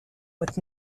with